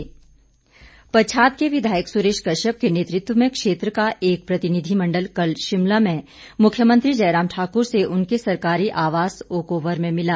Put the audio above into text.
मेंट पच्छाद के विधायक सुरेश कश्यप के नेतृत्व में क्षेत्र का एक प्रतिनिधिमंडल कल शिमला में मुख्यमंत्री जयराम ठाकुर से उनके सरकारी आवास ओक ओवर में मिला